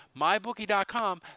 MyBookie.com